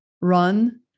run